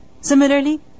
Similarly